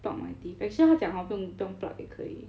pluck my teeth actually 他讲 hor 不用不用 pluck 也可以